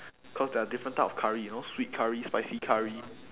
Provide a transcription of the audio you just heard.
cause there are different type of curry you know sweet curry spicy curry